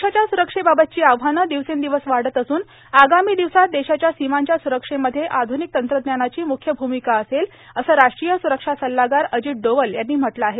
देशाच्या सुरक्षेबाबतची आव्हानं दिवर्सादवस वाढत असून आगामी दिवसांत देशाच्या सीमांच्या स्रक्षेमध्ये आर्धुनिक तंत्रज्ञानाची मुख्य भूमिका असेल असं राष्ट्रीय सुरक्षा सल्लागार अजित डोवल यांनी म्हटलं आहे